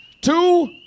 two